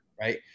Right